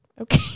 Okay